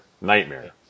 nightmare